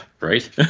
right